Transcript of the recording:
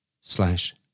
slash